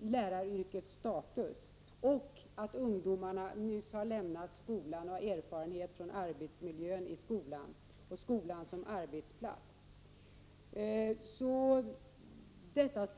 läraryrkets status och att ungdomarna nyss har lämnat skolan och har erfarenhet från arbetsmiljön i skolan och skolan som arbetsplats.